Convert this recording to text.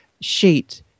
sheet